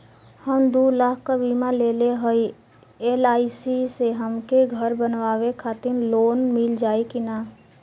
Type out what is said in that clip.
हम दूलाख क बीमा लेले हई एल.आई.सी से हमके घर बनवावे खातिर लोन मिल जाई कि ना?